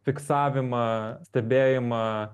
fiksavimą stebėjimą